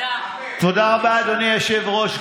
תודה רבה, אדוני היושב-ראש.